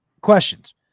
questions